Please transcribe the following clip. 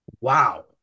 Wow